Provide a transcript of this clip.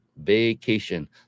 vacation